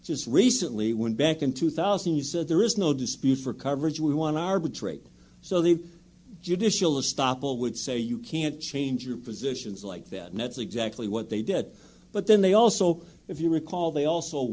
just recently when back in two thousand you said there is no dispute for coverage we want to arbitrate so the judicial stoppel would say you can't change your positions like that and that's exactly what they did but then they also if you recall they also